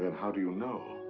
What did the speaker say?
and how do you know?